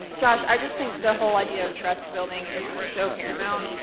gosh, i just think the whole idea of trust building is so paramount.